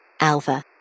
Alpha